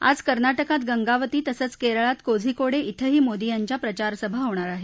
आज कर्नाटकात गंगावती तसंच केरळात कोझीकोडे ब्रंही मोदी यांच्या प्रचारसभा होणार आहे